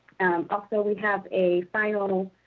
also, we have a final